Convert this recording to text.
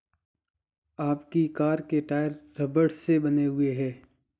आपकी कार के टायर रबड़ से बने हुए हैं